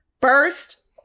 First